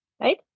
right